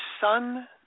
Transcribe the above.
son